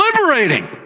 liberating